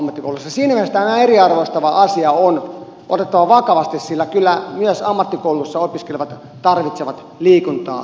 siinä mielessä tämä eriarvoistava asia on otettava vakavasti sillä kyllä myös ammattikouluissa opiskelevat tarvitsevat liikuntaa ja terveystietoa